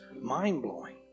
mind-blowing